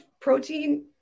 protein